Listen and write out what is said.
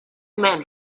men